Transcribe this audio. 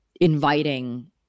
inviting